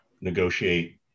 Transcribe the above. negotiate